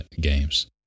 games